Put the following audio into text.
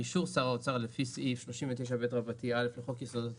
באישור שר האוצר לפי סעיף 39ב(א) לחוק יסודות התקציב,